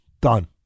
done